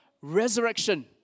resurrection